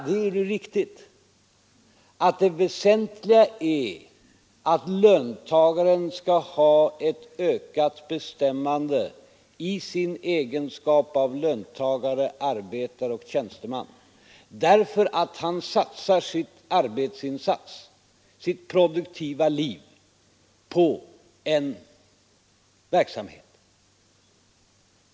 Men det väsentliga är att löntagaren skall ha rätt till ökat bestämmande i sin egenskap av löntagare, arbetare och tjänsteman därför att han satsar sitt produktiva liv, sin arbetsinsats, på en verksamhet.